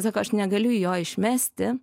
sako aš negaliu jo išmesti